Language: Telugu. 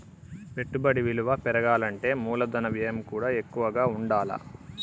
పెట్టుబడి విలువ పెరగాలంటే మూలధన వ్యయం కూడా ఎక్కువగా ఉండాల్ల